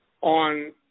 on